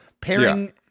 pairing